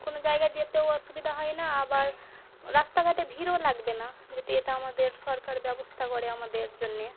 কোনো জায়গা যেতেও অসুবিধা হয় না আবার রাস্তাঘাটে ভিড়ও লাগবে না যদি এটা আমাদের সরকার ব্যবস্থা করে আমাদের জন্য